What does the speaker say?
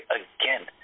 again